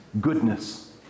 goodness